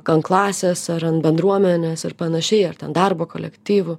ant klasės ar ant bendruomenės ir panašiai ar ten darbo kolektyvų